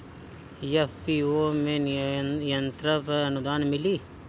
FPO में यंत्र पर आनुदान मिँली?